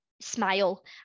smile